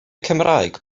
cymraeg